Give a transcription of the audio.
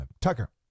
Tucker